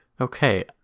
Okay